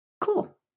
Cool